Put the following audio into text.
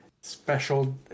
special